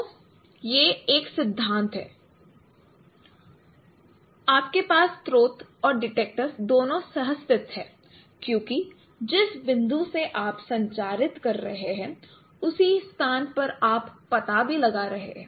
तो यह एक सिद्धांत है आपके पास स्रोत और डिटेक्टर दोनों सह स्थित हैं क्योंकि जिस बिंदु से आप संचारित कर रहे हैं उसी स्थान पर आप पता भी लगा रहे है